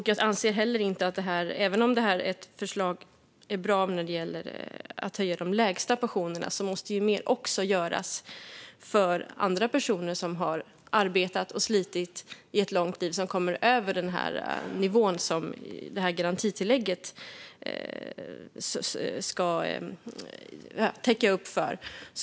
Jag anser att även om det här är ett förslag som är bra när det gäller att höja de lägsta pensionerna måste mer också göras för andra personer som har arbetat och slitit under ett långt liv och som kommer över nivån som garantitillägget ska täcka upp för.